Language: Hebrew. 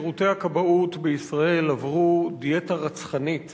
שירותי הכבאות בישראל עברו דיאטה רצחנית